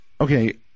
Okay